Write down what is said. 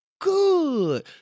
good